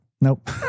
Nope